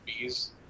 bees